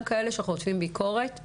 גם כאלה שחוטפים ביקורת,